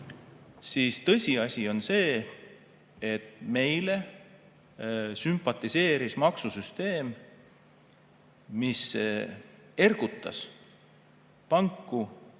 siis tõsiasi on see, et meile sümpatiseeris maksusüsteem, mis ergutas panku